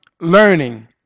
learning